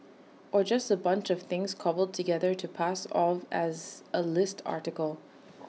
or just A bunch of things cobbled together to pass off as A list article